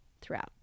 throughout